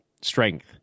strength